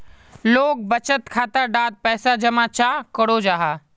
लोग बचत खाता डात पैसा जमा चाँ करो जाहा?